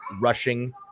rushing